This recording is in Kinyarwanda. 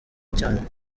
cyane